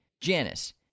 Janice